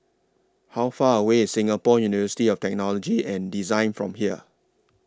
How Far away IS Singapore University of Technology and Design from here